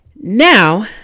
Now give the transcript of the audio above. Now